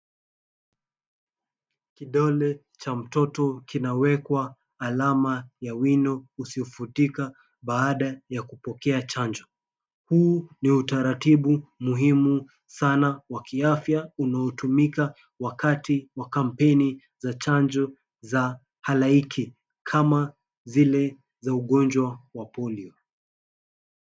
Kidole cha mtoto kinawekwa alama ya wino usiofutika baada ya kupokea chanjo. Huu ni utaratibu muhimu sana wa kiafya unaotumika wakati wa kampeni za chanjo za haraiki kama zile za ugonjwa wa polio .